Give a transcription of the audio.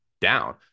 down